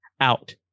Out